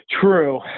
True